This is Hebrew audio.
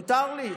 מותר לי?